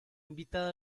invitada